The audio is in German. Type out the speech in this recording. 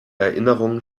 erinnerungen